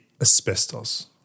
asbestos